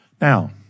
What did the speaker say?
Now